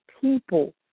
people